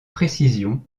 précisions